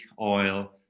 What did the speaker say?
oil